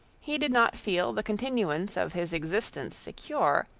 he did not feel the continuance of his existence secure,